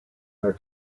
their